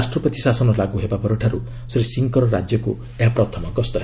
ରାଷ୍ଟ୍ରପତି ଶାସନ ଲାଗୁ ହେବା ପରଠାରୁ ଶ୍ରୀ ସିଂଙ୍କର ରାଜ୍ୟକ୍ତ ଏହା ପ୍ରଥମ ଗସ୍ତ ହେବ